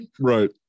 Right